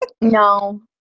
No